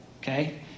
Okay